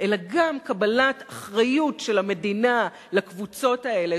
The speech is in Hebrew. אלא גם קבלת אחריות של המדינה לקבוצות האלה,